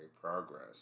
progress